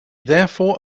therefore